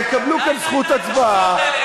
יקבלו כאן זכות הצבעה,